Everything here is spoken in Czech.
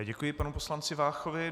Děkuji panu poslanci Váchovi.